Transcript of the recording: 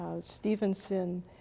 Stevenson